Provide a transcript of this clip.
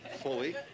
fully